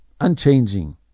unchanging